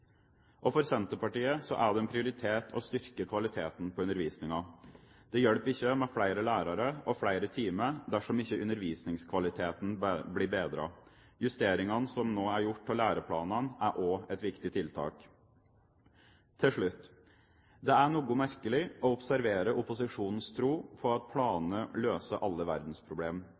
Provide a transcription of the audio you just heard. For Senterpartiet er det en prioritet å styrke kvaliteten på undervisningen. Det hjelper ikke med flere lærere og flere timer dersom ikke undervisningskvaliteten bedres. Justeringen som nå er gjort av læreplanene, er også et viktig tiltak. Til slutt: Det er noe merkelig å observere opposisjonens tro på at planer løser alle